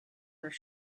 their